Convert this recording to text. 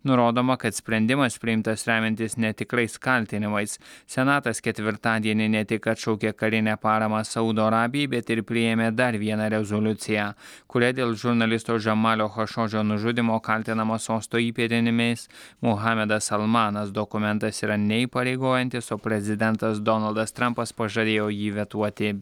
nurodoma kad sprendimas priimtas remiantis netikrais kaltinimais senatas ketvirtadienį ne tik atšaukė karinę paramą saudo arabijai bet ir priėmė dar vieną rezoliuciją kuria dėl žurnalisto džamalio chašodžio nužudymo kaltinamas sosto įpėdinimis muhamedas salmanas dokumentas yra neįpareigojantis o prezidentas donaldas trampas pažadėjo jį vetuoti